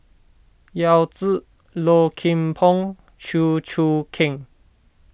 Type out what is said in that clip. Yao Zi Low Kim Pong Chew Choo Keng